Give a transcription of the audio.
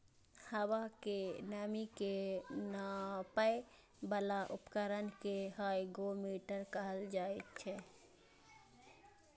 हवा के नमी के नापै बला उपकरण कें हाइग्रोमीटर कहल जाइ छै